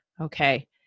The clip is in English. okay